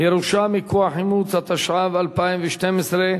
(ירושה מכוח אימוץ), התשע"ב 2012,